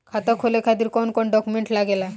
खाता खोले खातिर कौन कौन डॉक्यूमेंट लागेला?